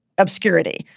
obscurity